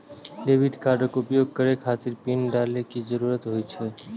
debit कार्डक उपयोग करै खातिर पिन डालै के जरूरत होइ छै